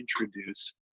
introduce